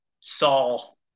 Saul